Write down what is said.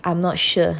I'm not sure